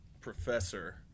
professor